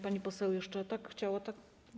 Pani poseł jeszcze chciała, tak?